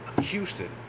Houston